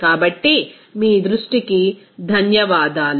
కాబట్టి మీ శ్రద్ధకి ధన్యవాదాలు